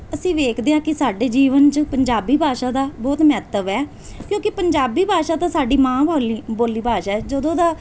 ਅਸੀਂ ਵੇਖਦੇ ਹਾਂ ਕਿ ਸਾਡੇ ਜੀਵਨ 'ਚ ਪੰਜਾਬੀ ਭਾਸ਼ਾ ਦਾ ਬਹੁਤ ਮਹੱਤਵ ਹੈ ਕਿਉਂਕਿ ਪੰਜਾਬੀ ਭਾਸ਼ਾ ਤਾਂ ਸਾਡੀ ਮਾਂ ਬੈਲੀ ਬੋਲੀ ਭਾਸ਼ਾ ਹੈ ਜਦੋਂ ਦਾ